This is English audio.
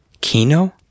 Kino